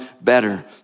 better